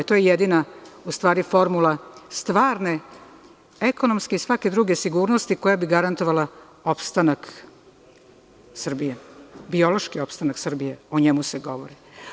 To je jedina formula stvarne ekonomske i svake druge sigurnosti koja bi garantovala opstanak Srbije, biološki opstanakSrbije, o njemu se govori.